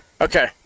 Okay